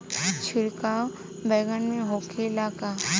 छिड़काव बैगन में होखे ला का?